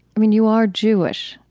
i mean, you are jewish.